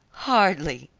hardly,